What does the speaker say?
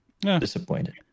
disappointed